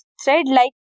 thread-like